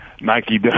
Nike